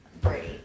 Brady